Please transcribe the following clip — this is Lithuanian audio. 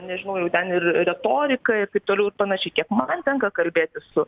nežinau jau ten ir retorika ir taip toliau ir panašiai man tenka kalbėtis su